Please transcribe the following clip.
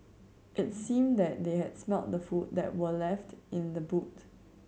it seemed that they had smelt the food that were left in the boot